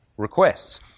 requests